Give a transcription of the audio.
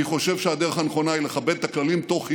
אני חושב שהדרך הנכונה היא לכבד את הכללים תוך הידברות,